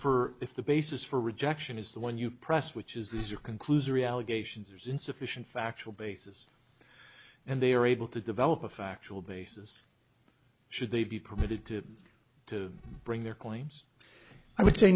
for if the basis for rejection is the one you press which is these are conclusory allegations or is insufficient factual basis and they are able to develop a factual basis should they be permitted to to bring their claims i would say